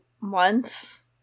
months